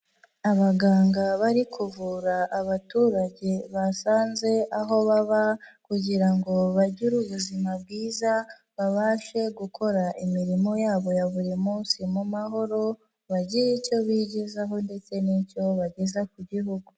Abaganga bari kuvura abaturage basanze aho baba kugira ngo bagire ubuzima bwiza babashe gukora imirimo yabo ya buri munsi mu mahoro, bagire icyo bigezaho ndetse n'icyo bageza ku gihugu.